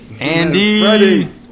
Andy